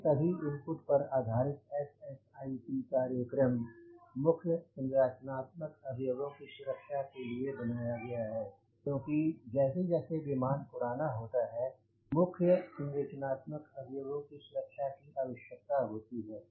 इन सभी इनपुट पर आधारित SSIP कार्यक्रम मुख्य संरचनात्मक अवयवों की सुरक्षा के लिए बनाया गया है क्योंकि जैसे जैसे विमान पुराना होता है मुख्य संरचनात्मक अवयवों की सुरक्षा की आवश्यकता होती है